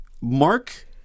Mark